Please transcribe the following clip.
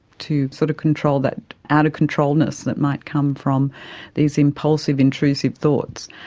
to sort of control that out-of-controlness that might come from these impulsive, intrusive thoughts.